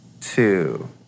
two